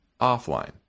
offline